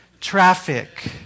Traffic